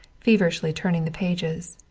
feverishly turning the pages.